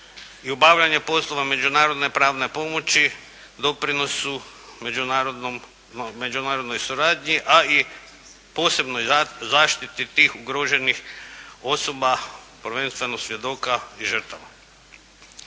i obavljanje poslova međunarodne pravne pomoći doprinosu međunarodnoj suradnji, a i posebnoj zaštiti tih ugroženih osoba, prvenstveno svjedoka i žrtava.